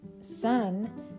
son